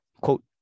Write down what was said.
Quote